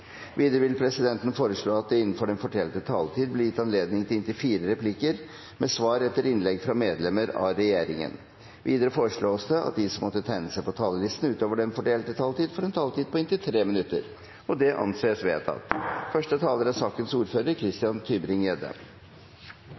Videre vil presidenten foreslå at det blir gitt anledning til inntil fire replikker med svar etter innlegg fra medlemmer av regjeringen innenfor den fordelte taletid. Videre foreslås det at de som måtte tegne seg på talerlisten utover den fordelte taletid, får en taletid på inntil 3 minutter. – Det anses vedtatt. Forsvarsindustrien er